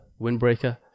windbreaker